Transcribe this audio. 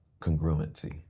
congruency